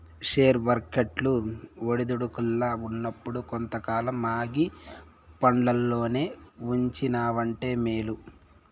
share వర్కెట్లు ఒడిదుడుకుల్ల ఉన్నప్పుడు కొంతకాలం ఆగి పండ్లల్లోనే ఉంచినావంటే మేలు